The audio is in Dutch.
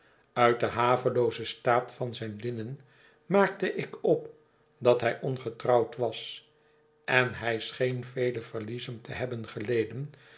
uit den haveloozen staat van zijn linnen maakte ik op dat hij ongetrouwd was en hij scheen vele verliezen te hebben geleden